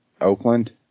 Oakland